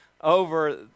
over